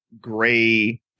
Gray